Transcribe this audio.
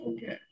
Okay